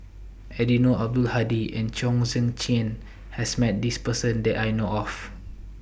Eddino Abdul Hadi and Chong Tze Chien has Met This Person that I know of